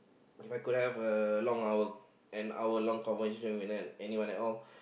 If I could have a long hour an hour long conversation with uh anyone at all